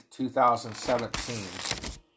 2017